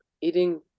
eating